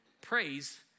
Praise